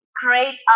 great